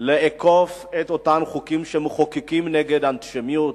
כדי לאכוף את החוקים שמחוקקים נגד האנטישמיות,